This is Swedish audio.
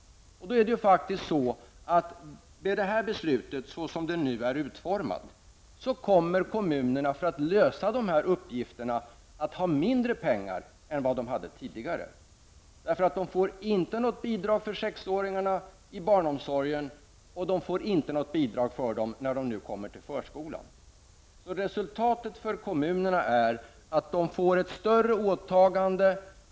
Såsom beslutet nu är utformat kommer kommunerna för att lösa dessa uppgifter att ha mindre pengar än vad de hade tidigare. De får inte något bidrag för sexåringarna i barnomsorgen. De får inte heller något bidrag för sexåringarna när dessa nu kommer till förskolan. Resultatet för kommunerna är att de får ett större åtagande.